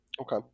Okay